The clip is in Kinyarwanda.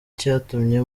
cyatumye